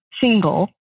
single